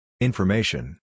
INFORMATION